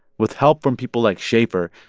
with help from people like schaeffer,